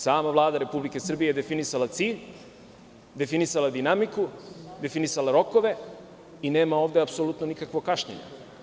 Sama Vlada Republike Srbije je definisala cilj, definisala dinamiku, definisala rokove i ovde nema apsolutno nikakvog kašnjenja.